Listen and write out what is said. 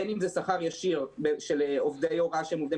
בין אם שכר ישיר של עובדי הוראה שהם עובדי